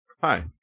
Hi